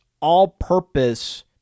all-purpose